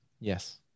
yes